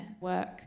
work